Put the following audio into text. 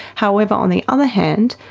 however, on the other hand,